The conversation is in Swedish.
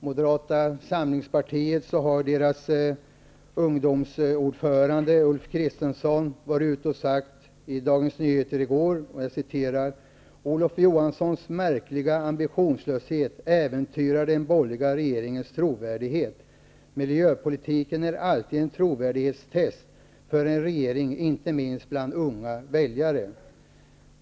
Moderata samlingspartiets ordförande i ungdomsorganisationen Ulf Kristersson har uttalat sig i Dagens Nyheter, där han säger att Olof Johanssons märkliga ambitionslöshet äventyrar den borgerliga regeringens trovärdighet, och att miljöpolitiken alltid är ett trovärdighetstest för en regering, inte minst bland unga väljare.